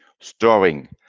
storing